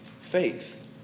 faith